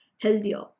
healthier